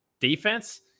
defense